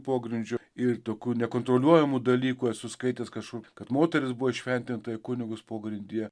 pogrindžio ir tokių nekontroliuojamų dalykų esu skaitęs kažkur kad moteris buvo įšventinta į kunigus pogrindyje